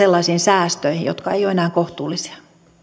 sellaisiin säästöihin jotka eivät ole enää kohtuullisia